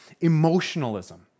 emotionalism